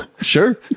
sure